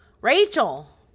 Rachel